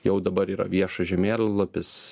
jau dabar yra viešas žemėlapis